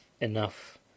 enough